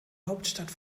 hauptstadt